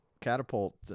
catapult